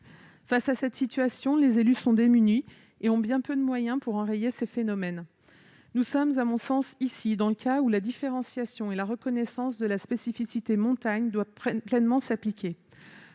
Face à cette situation, les élus sont démunis et ont bien peu de moyens pour enrayer ces phénomènes. À mon sens, nous sommes ici dans le cas où la différenciation et la reconnaissance de la spécificité des zones de montagne doivent pouvoir pleinement s'appliquer.